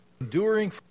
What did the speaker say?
Enduring